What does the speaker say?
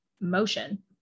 motion